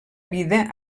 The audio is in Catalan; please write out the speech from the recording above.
vida